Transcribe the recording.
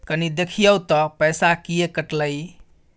कनी देखियौ त पैसा किये कटले इ?